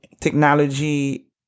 technology